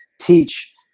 teach